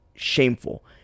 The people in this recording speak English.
shameful